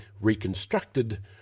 reconstructed